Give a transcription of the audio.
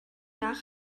nach